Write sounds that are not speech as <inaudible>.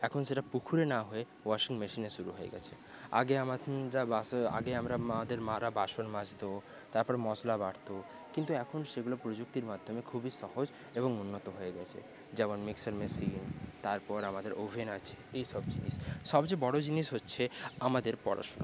এখন সেটা পুকুরে না হয়ে ওয়াশিং মেশিনে শুরু হয়ে গেছে আগে <unintelligible> আগে <unintelligible> আমাদের মারা বাসন মাজতো তারপরে মশলা বাটতো কিন্তু এখন সেগুলো প্রযুক্তির মাধ্যমে খুবই সহজ এবং উন্নত হয়ে গেছে যেমন মিক্সচার মেশিন তারপর আমাদের ওভেন আছে এইসব জিনিস সবচেয়ে বড়ো জিনিস হচ্ছে আমাদের পড়াশুনো